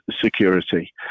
security